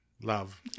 love